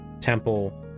temple